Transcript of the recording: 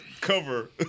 cover